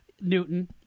Newton